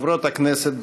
חברות הכנסת,